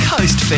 Coast